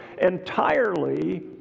entirely